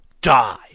die